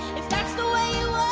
if that's the way you